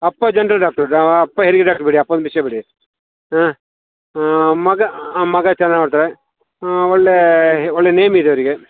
ಅಪ್ಪ general doctor ಅಪ್ಪ ಹೆರಿಗೆ ಡಾಕ್ಟ್ರ್ ಬಿಡಿ ಅಪ್ಪನ ವಿಷಯ ಬಿಡಿ ಹಾಂ ಮಗ ಮಗ ಚೆನ್ನಾಗಿ ನೋಡ್ತಾನೆ ಒಳ್ಳೆ ಒಳ್ಳೆ ನೇಮಿದೆ ಅವರಿಗೆ